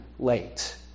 Late